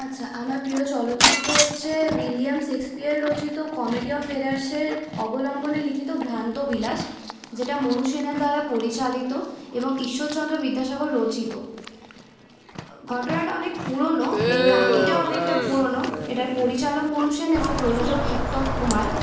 আচ্ছা আমার প্রিয় চলচ্চিত্র হচ্ছে উইলিয়াম শেক্সপিয়ার রচিত কমেডি অফ এরর্সের অবলম্বনে লিখিত ভ্রান্তিবিলাস যেটা মনু সেনের দ্বারা পরিচালিত এবং ঈশ্বরচন্দ্র বিদ্যাসাগর রচিত ঘটনাটা অনেক পুরনো এই কাহিনিটাও অনেকটা পুরনো এটার পরিচালক মনু সেন এবং প্রযোজক উত্তম কুমার